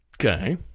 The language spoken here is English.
Okay